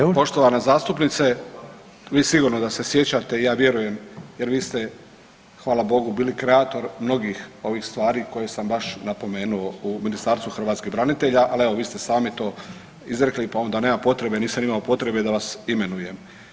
Hvala vam poštovana zastupnice, vi sigurno da se sjećate i ja vjerujem jer vi ste hvala Bogu bili kreator mnogih ovih stvari koje sam baš napomenuo u Ministarstvu hrvatskih branitelja, ali evo vi ste sami to izrekli pa onda nema potrebe, nisam imamo potrebe da vas imenujem.